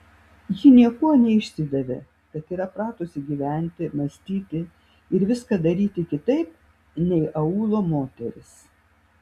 ji niekuo neišsidavė kad yra pratusi gyventi mąstyti ir viską daryti kitaip nei aūlo moterys